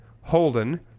Holden